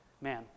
Man